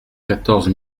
quatorze